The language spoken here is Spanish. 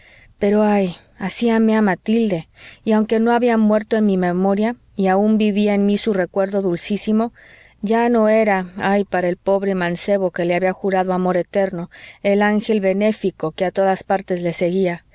pero ay así amé a matilde y aunque no había muerto en mi memoria y aun vivía en mí su recuerdo dulcísimo ya no era ay para el pobre mancebo que le había jurado amor eterno el ángel benéfico que a todas partes le seguía